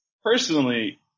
Personally